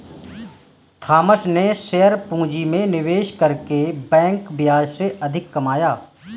Thomas ने share पूंजी में निवेश करके बैंक ब्याज से अधिक कमाया